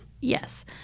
Yes